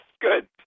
good